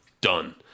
done